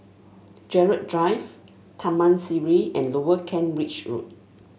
Gerald Drive Taman Sireh and Lower Kent Ridge Road